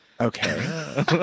Okay